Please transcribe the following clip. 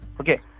Okay